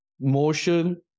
motion